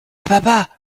papa